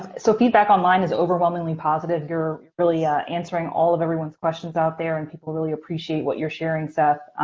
so feedback online is overwhelmingly positive. you're really ah answering all of everyone's questions out there, and people really appreciate what you're sharing, seth.